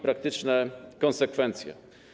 Praktyczne konsekwencje”